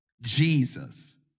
Jesus